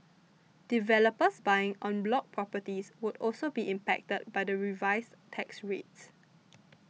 developers buying en bloc properties would also be impacted by the revised tax rates